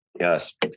Yes